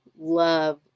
love